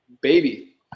Baby